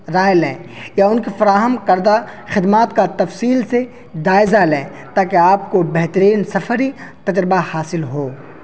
رائے لیں یا ان کی فراہم کردہ خدمات کا تفصیل سے جائزہ لیں تاکہ آپ کو بہترین سفری تجربہ حاصل ہو